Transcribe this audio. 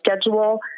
schedule